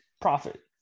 profit